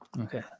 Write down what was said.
Okay